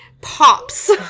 pops